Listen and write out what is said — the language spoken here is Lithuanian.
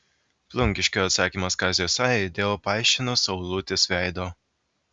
plungiškio atsakymas kaziui sajai dėl paišino saulutės veido